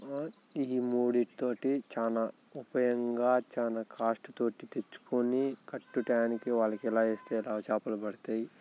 ఈ మూడింటితో చాలా ఉపాయంగా చాలా కాస్ట్తో తెచ్చుకొని కరక్ట్ టైంకి వాళ్ళకి ఎలా వేస్తే ఎలా చేపలు పడతాయి